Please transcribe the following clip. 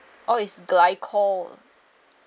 oh is glycol